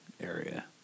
area